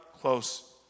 close